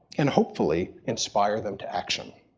and, hopefully, inspire them to action.